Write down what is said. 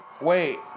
wait